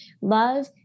love